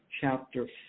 chapter